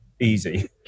easy